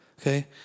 Okay